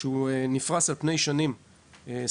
שנפרש על פני השנים 2023-2025,